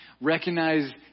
Recognize